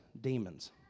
demons